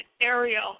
Ariel